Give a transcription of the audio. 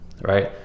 right